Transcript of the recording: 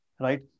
right